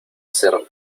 ser